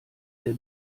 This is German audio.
der